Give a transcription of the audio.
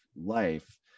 life